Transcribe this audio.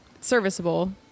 Serviceable